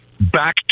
back